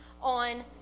on